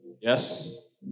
yes